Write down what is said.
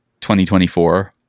2024